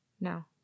No